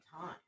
time